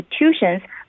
institutions